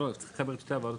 לא, לא.